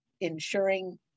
ensuring